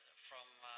from